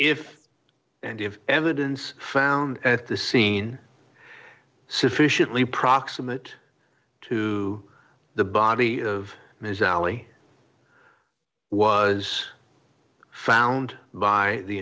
if and if evidence found at the scene sufficiently proximate to the body of ms ali was found by the